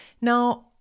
Now